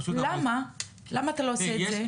למה אתה לא עושה את זה?